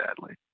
sadly